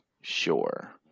Sure